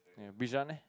Bishan eh